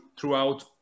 throughout